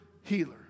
healer